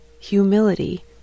humility